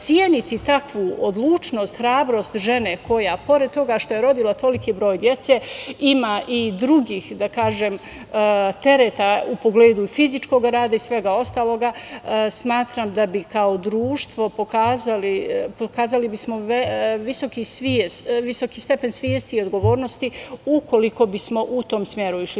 Ceniti takvu odlučnost, hrabrost žene, koja pored toga što je rodila toliki broj dece, ima i drugih tereta u pogledu fizičkog rada i svega ostalog, smatram da bi kao društvo pokazali bismo visoki stepen svesti i odgovornosti ukoliko bismo u tom smeru išli.